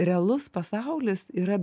realus pasaulis yra